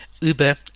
Uber